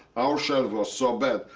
our shells were so bad,